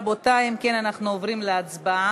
רבותי, אם כן, אנחנו עוברים להצבעה.